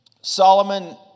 Solomon